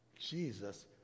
Jesus